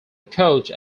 coach